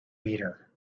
meter